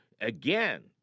Again